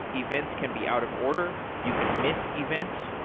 events can be out of order. you can miss events.